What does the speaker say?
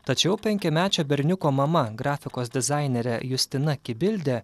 tačiau penkiamečio berniuko mama grafikos dizainerė justina kibildė